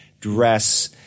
dress